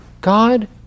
God